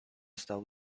stał